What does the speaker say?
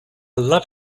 love